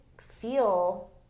feel